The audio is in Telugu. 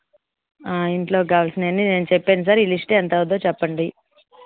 ఇంట్లోకి కావలసినవి అన్నీ నేను చెప్పాను సార్ ఈ లిస్ట్ ఎంత అవుద్ది చెప్పండి